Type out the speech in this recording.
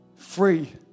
free